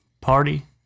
party